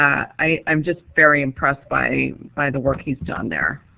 i mean i'm just very impressed by by the work he's done there.